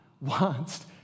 wants